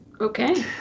Okay